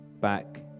back